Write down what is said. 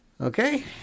Okay